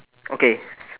okay